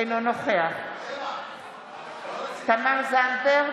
אינו נוכח תמר זנדברג,